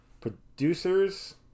producers